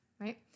right